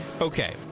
Okay